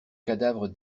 cadavre